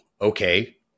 okay